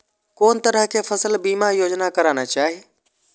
कोन तरह के फसल बीमा योजना कराना चाही?